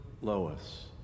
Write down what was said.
Lois